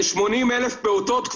ל-80 אלף פעוטות,